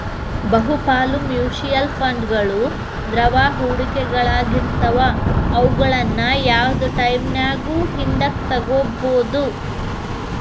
ಬಹುಪಾಲ ಮ್ಯೂಚುಯಲ್ ಫಂಡ್ಗಳು ದ್ರವ ಹೂಡಿಕೆಗಳಾಗಿರ್ತವ ಅವುನ್ನ ಯಾವ್ದ್ ಟೈಮಿನ್ಯಾಗು ಹಿಂದಕ ತೊಗೋಬೋದು